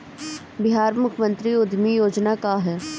बिहार मुख्यमंत्री उद्यमी योजना का है?